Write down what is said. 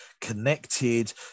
connected